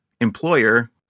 employer